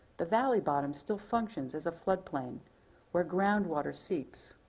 the valley bottom still functions as a flood plain where groundwater seeps.